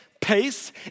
pace